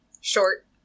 short